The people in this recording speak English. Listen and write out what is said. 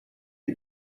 you